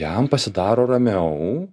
jam pasidaro ramiau